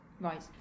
Right